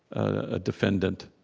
a defendant,